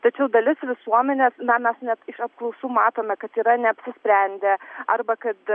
tačiau dalis visuomenės na mes net iš apklausų matome kad yra neapsisprendę arba kad